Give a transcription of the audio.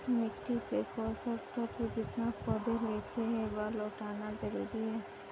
मिट्टी से पोषक तत्व जितना पौधे लेते है, वह लौटाना जरूरी है